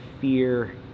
fear